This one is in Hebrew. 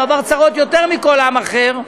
הוא עבר צרות יותר מכל עם אחר,